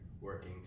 working